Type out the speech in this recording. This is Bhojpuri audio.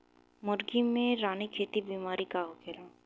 मुर्गी में रानीखेत बिमारी का होखेला?